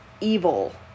evil